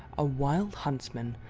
a wild huntsman,